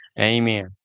Amen